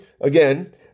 again